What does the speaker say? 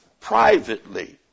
privately